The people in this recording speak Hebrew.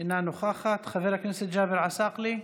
אינה נוכחת, חבר הכנסת ג'אבר עסאקלה,